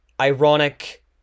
ironic